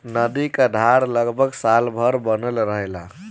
नदी क धार लगभग साल भर बनल रहेला